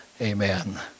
amen